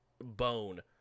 bone